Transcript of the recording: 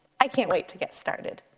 i can't wait to get started.